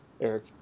Eric